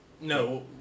No